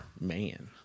Man